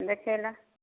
ଦେଖାଇଲ